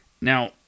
Now